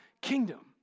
kingdom